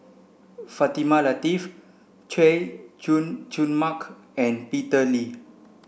Fatimah Lateef Chay Jung Jun Mark and Peter Lee